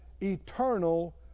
eternal